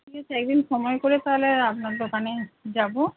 ঠিক আছে একদিন সময় করে তাহলে আপনার দোকানে যাব